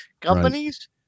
companies